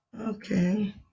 Okay